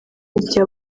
rya